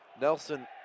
Nelson